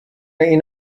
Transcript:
این